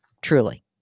truly